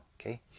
Okay